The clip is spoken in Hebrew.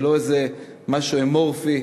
זה לא איזה משהו אמורפי